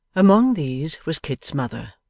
among these was kit's mother,